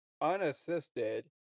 unassisted